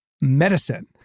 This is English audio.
medicine